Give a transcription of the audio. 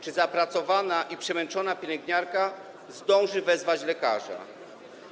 Czy zapracowana i przemęczona pielęgniarka zdąży wezwać lekarza?